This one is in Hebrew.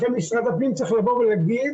לכן משרד הפנים צריך לבוא ולהגיד,